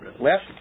left